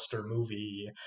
movie